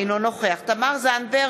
אינו נוכח תמר זנדברג,